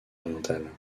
orientale